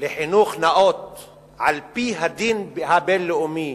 לחינוך נאות על-פי הדין הבין-לאומי